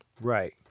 Right